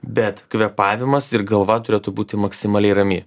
bet kvėpavimas ir galva turėtų būti maksimaliai rami